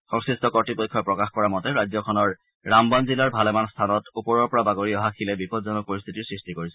সংশ্লিষ্ট কৰ্ত্তপক্ষই প্ৰকাশ কৰা মতে ৰাজ্যখনৰ ৰাম্বান জিলাৰ ভালেমান স্থানত ওপৰৰ পৰা বাগৰি অহা শিলে বিপজ্জনক পৰিস্থিতিৰ সৃষ্টি কৰিছে